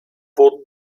wurden